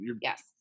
Yes